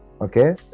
okay